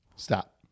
Stop